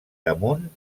damunt